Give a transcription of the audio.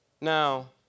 Now